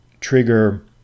trigger